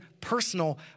personal